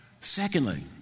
Secondly